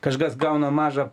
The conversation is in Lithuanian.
kažkas gauna mažą